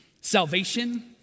salvation